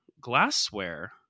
glassware